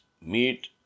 meat